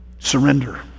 Surrender